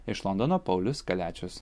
iš londono paulius kaliačius